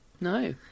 No